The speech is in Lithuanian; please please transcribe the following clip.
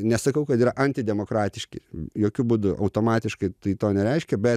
nesakau kad yra anti demokratiški jokiu būdu automatiškai tai to nereiškia bet